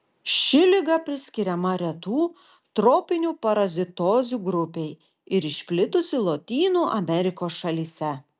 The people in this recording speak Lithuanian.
ši liga priskiriama retų tropinių parazitozių grupei ir išplitusi lotynų amerikos šalyse